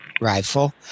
rifle